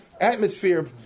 atmosphere